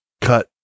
cut